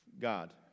God